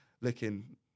looking